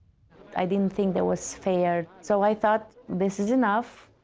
i didn't think that was fair, so i thought this is enough.